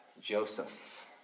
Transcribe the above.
Joseph